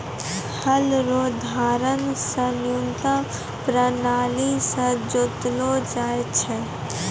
हल रो धार से न्यूतम प्राणाली से जोतलो जाय छै